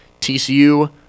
TCU